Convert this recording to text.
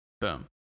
Boom